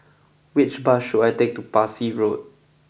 which bus should I take to Parsi Road